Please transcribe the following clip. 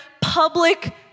public